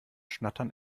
schnattern